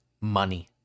money